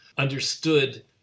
understood